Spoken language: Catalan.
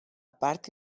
part